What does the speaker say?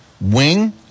wing